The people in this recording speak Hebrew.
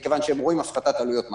מכיוון שהם רואים הפחתת עלויות מעסיק,